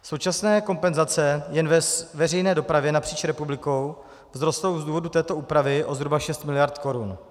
Současné kompenzace jen ve veřejné dopravě napříč republikou vzrostou z důvodu této úpravy o zhruba 6 mld. korun.